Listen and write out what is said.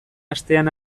astean